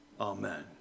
Amen